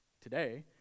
today